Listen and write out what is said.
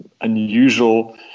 unusual